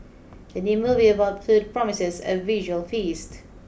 the new movie about food promises a visual feast